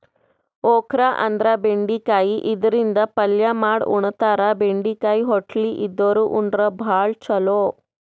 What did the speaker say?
okra ಅಂದ್ರ ಬೆಂಡಿಕಾಯಿ ಇದರಿಂದ ಪಲ್ಯ ಮಾಡ್ ಉಣತಾರ, ಬೆಂಡಿಕಾಯಿ ಹೊಟ್ಲಿ ಇದ್ದೋರ್ ಉಂಡ್ರ ಭಾಳ್ ಛಲೋ